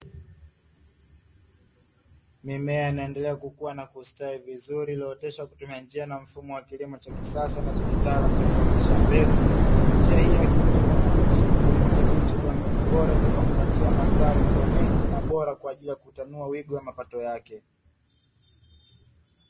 Mimea inaendelea kukua na kustawi vizuri iliyooteshwa kutumia njia na mfumo wa kilimo cha kisasa, na cha kitaalamu chakuotesha mbegu. Njia hii ya kilimo inamuwezesha mkulima kuweza kuchagua mbegu bora, itakayompatia mazao yaliyokuwa mengi na bora, kwa ajili ya kutanua wigo wa mapato yake.